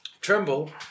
Tremble